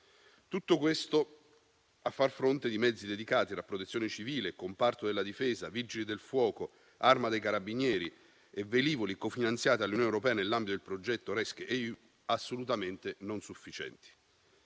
Tutto questo a far fronte di mezzi dedicati alla Protezione civile, comparto della Difesa, Vigili del fuoco, Arma dei carabinieri e velivoli cofinanziati dall'Unione europea, nell'ambito del progetto "rescEU", assolutamente non sufficienti.